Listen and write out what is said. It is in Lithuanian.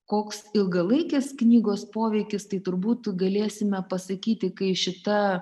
koks ilgalaikis knygos poveikis tai turbūt galėsime pasakyti kai šita